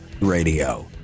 radio